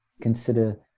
consider